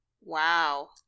wow